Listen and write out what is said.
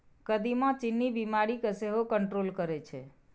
कदीमा चीन्नी बीमारी केँ सेहो कंट्रोल करय छै